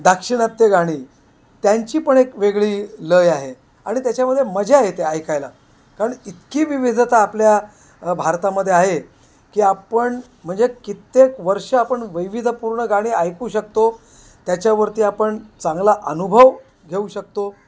दाक्षिणात्य गाणी त्यांची पण एक वेगळी लय आहे आणि त्याच्यामध्ये मजा येते ऐकायला कारण इतकी विविधता आपल्या भारतामध्ये आहे की आपण म्हणजे कित्येक वर्ष आपण वैविध्यपूर्ण गाणी ऐकू शकतो त्याच्यावरती आपण चांगला अनुभव घेऊ शकतो